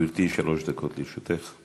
בבקשה, גברתי, שלוש דקות לרשותך.